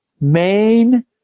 main